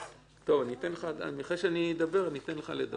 אחרי שאני אדבר אני אתן לך לדבר.